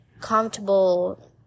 comfortable